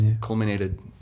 culminated